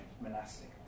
monastic